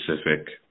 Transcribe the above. specific